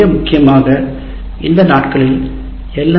மிக முக்கியமாக இந்த நாட்களில் எல்